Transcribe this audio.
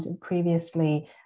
previously